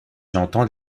j’entends